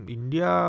India